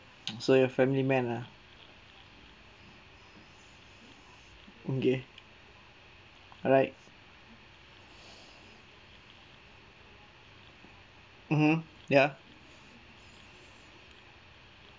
so you're family man lah okay alright mmhmm ya